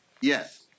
Yes